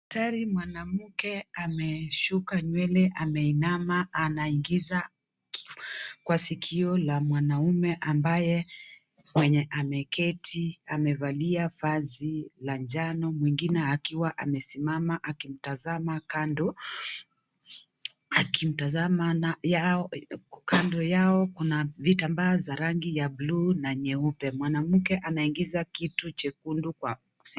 Tayari mwanamke ameshuka nywele, ameinama, anaingiza kitu kwa sikio la mwanaume ambaye mwenye ameketi. Amevalia vazi la njano, mwingine akiwa amesimama akimtazama. Kando Yao kuna vitambaa za rangi ya buluu na nyeupe. Mwanamke anaingiza kitu jekundu kwa sikio.